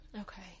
Okay